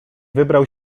wybrał